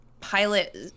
pilot